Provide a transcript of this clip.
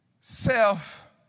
self